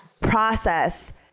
process